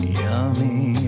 yummy